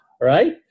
Right